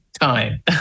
time